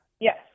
Yes